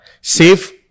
safe